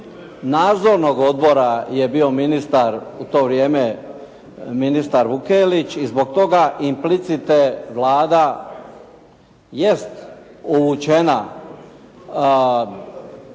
nadzornog odbora je bio ministar u to vrijeme, ministar Vukelić i zbog toga implicite Vlada jest uvučena